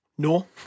No